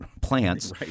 plants